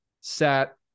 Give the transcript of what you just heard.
Sat